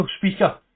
speaker